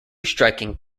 striking